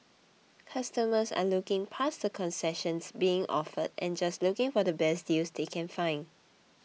customers are looking past the concessions being offered and just looking for the best deals they can find